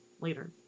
later